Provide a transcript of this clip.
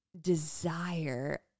desire